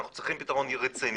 אנחנו צריכים פתרון רציני,